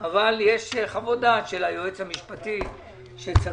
אבל יש חוות דעת של היועץ המשפטי שכאשר